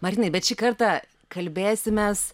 martinai bet šį kartą kalbėsimės